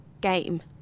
game